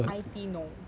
I_T no